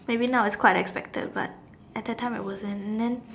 maybe now as quite expected but at that time it wasn't and then